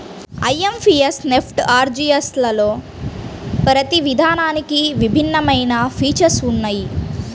IMPS, NEFT, ఆర్టీజీయస్లలో ప్రతి విధానానికి భిన్నమైన ఫీచర్స్ ఉన్నయ్యి